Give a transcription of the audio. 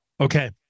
Okay